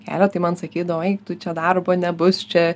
kelią tai man sakydavo aik tu čia darbo nebus čia